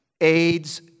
aids